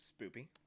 spoopy